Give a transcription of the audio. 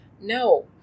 no